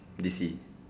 decease